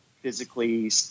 physically